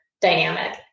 dynamic